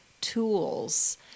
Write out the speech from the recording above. tools